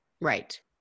Right